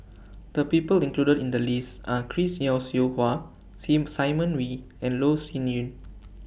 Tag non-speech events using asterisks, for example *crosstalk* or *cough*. The People included in The list Are Chris Yeo Siew Hua *unintelligible* Simon Wee and Loh Sin Yun